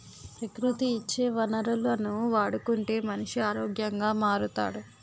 ప్రకృతి ఇచ్చే వనరులను వాడుకుంటే మనిషి ఆరోగ్యంగా మారుతాడు